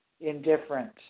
indifferent